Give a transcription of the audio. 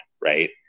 right